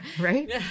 Right